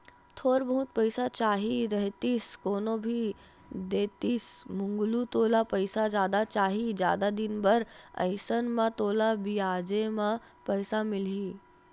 थोर बहुत पइसा चाही रहितिस कोनो भी देतिस मंगलू तोला पइसा जादा चाही, जादा दिन बर अइसन म तोला बियाजे म पइसा मिलही